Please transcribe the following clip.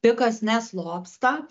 pikas neslopsta